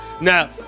Now